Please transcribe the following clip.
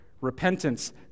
repentance